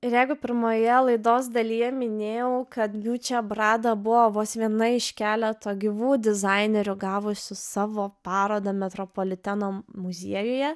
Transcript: ir jeigupirmoje laidos dalyje minėjau kad miučia brada buvo vos viena iš keleto gyvų dizainerių gavusių savo parodą metropoliteno muziejuje